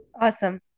Awesome